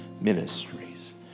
ministries